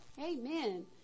Amen